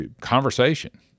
conversation